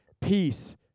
peace